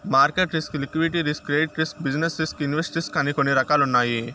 market risk liquidity risk credit risk business risk invest risk అని కొన్ని రకాలున్నాయి